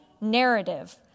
narrative